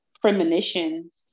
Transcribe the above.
premonitions